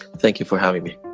thank you for having me.